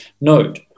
Note